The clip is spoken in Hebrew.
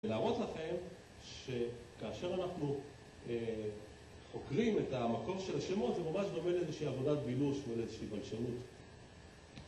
ולהראות לכם שכאשר אנחנו חוקרים את המקום של השמות, זה ממש דומה לאיזושהי עבודת בילוש או לאיזושהי בלשנות